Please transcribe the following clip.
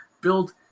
build